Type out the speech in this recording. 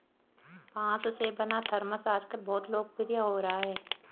बाँस से बना थरमस आजकल बहुत लोकप्रिय हो रहा है